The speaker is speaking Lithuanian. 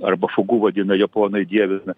arba šugu vadina japonai dievina